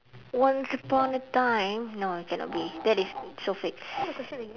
once upon a time no cannot be that is so fake